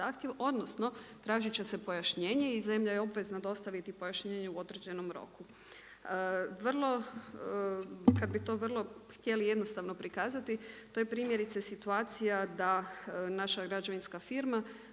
odnosno tražit će se pojašnjenje i zemlja je obvezna dostaviti pojašnjenje u određenom roku. Kada bi to htjeli vrlo jednostavno prihvatiti to je primjerice situacija da naša građevinska firma